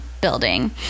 building